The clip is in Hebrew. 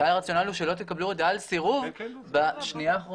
כאן הרציונל הוא שלא תקבלו הודעה על סירוב בשנייה האחרונה.